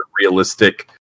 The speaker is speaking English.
realistic